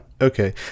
Okay